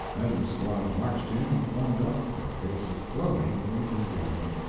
then the squad marched in and formed up, their faces glowing with enthusiasm,